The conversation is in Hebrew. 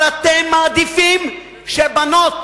אתם מעדיפים שבנות